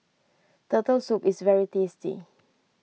Turtle Soup is very tasty